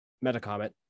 Metacomet